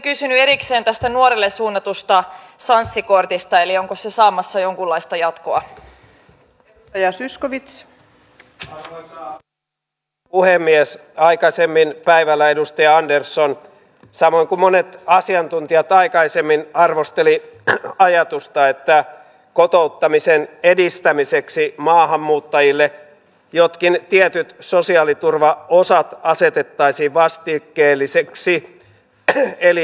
minä näen nimittäin niin että näyttöön perustuvan hoitotyön avulla luodaan kuitenkin yhtenäisiä hoitokäytäntöjä ja varmistetaan oikea ja vaikuttava hoito potilaille ja tällä näyttöön perustuvalla toiminnalla voidaan myös vähentää kustannuksia mikä erityisesti tällaisena aikana kun rahaa on vähän on tärkeä asia